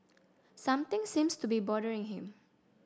something seems to be bothering him